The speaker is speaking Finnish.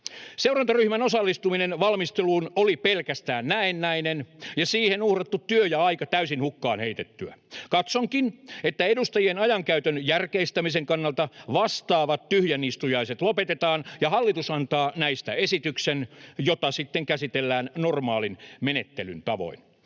Seurantaryhmän osallistuminen valmisteluun oli pelkästään näennäistä ja siihen uhrattu työ ja aika täysin hukkaan heitettyä. Katsonkin, että edustajien ajankäytön järkeistämisen kannalta vastaavat tyhjänistujaiset lopetetaan ja hallitus antaa näistä esityksen, jota sitten käsitellään normaalin menettelyn tavoin.